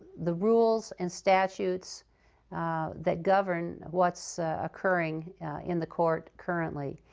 the rules and statutes that govern what's occurring in the court currently.